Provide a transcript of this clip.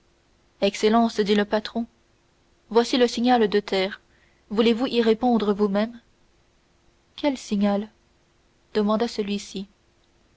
excellence dit le patron voici le signal de terre voulez-vous y répondre vous-même quel signal demanda celui-ci